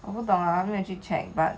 我不懂啊还没有去 check but